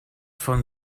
von